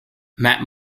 matt